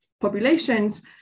populations